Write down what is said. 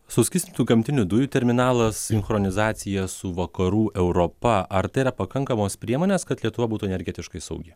suskystintų gamtinių dujų terminalas sinchronizacija su vakarų europa ar tai yra pakankamos priemonės kad lietuva būtų energetiškai saugi